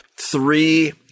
three